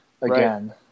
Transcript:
again